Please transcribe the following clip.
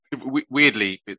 weirdly